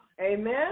Amen